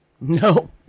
No